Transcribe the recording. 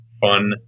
fun